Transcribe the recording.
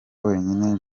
wenyine